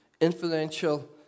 influential